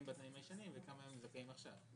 בתנאים הישנים וכמה הם זכאים עכשיו.